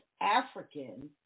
African